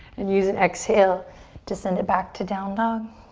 and use an exhale to send it back to down dog.